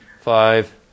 five